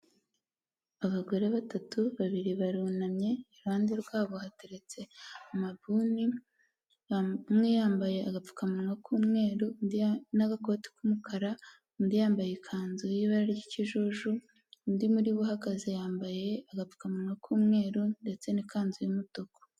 Abagore batatu, babiri barunamye iruhande rwabo hateretse amabuni, umwe yambaye agapfukamunwa k'umweru n'agakoti k'umukara undi yambaye ikanzu y'ibara ry'ikijuju, undi muri bo uhagaze yambaye agapfukamunwa k'umweru ndetse n'ikanzu y'umutuku.